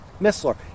Missler